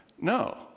No